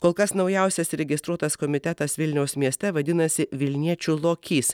kol kas naujausias registruotas komitetas vilniaus mieste vadinasi vilniečių lokys